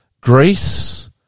Greece